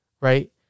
right